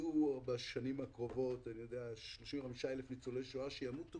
יהיו בשנים הקרובות 35,000 ניצולי שואה שימותו